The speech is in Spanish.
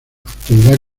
actividad